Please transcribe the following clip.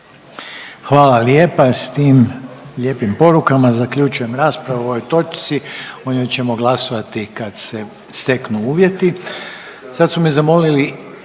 Hvala lijepa. S tim lijepim porukama zaključujem raspravu o ovoj točci. O njoj ćemo glasovati kad se steknu uvjeti. Sad su me zamolili